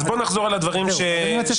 אז בוא נחזור על הדברים שעשינו,